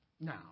Now